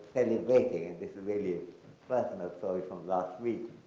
celebrating, and this is really a personal story from last week,